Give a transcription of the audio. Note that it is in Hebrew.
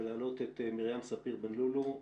ולהעלות את מרים ספיר בן לולו,